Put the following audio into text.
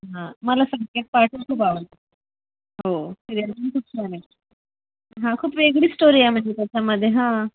हा मला संकेत पाटील खूप आवडतो हो सिरीयलही खूप छान आहे हा खूप वेगळी स्टोरी आहे म्हणजे त्याच्यामध्ये हा